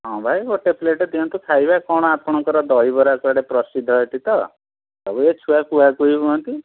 ହଁ ଭାଇ ଗୋଟେ ପ୍ଲେଟ ଦିଅନ୍ତୁ ଖାଇବା କ'ଣ ଆପଣଙ୍କର ଦହିବରା କୁଆଡ଼େ ପ୍ରସିଦ୍ଧ ଏଇଠି ତ ସବୁ ଏ ଛୁଆ କୁହାକୁହି ହୁଅନ୍ତି